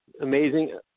Amazing